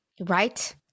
right